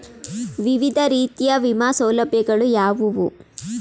ವಿವಿಧ ರೀತಿಯ ವಿಮಾ ಸೌಲಭ್ಯಗಳು ಯಾವುವು?